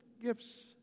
gifts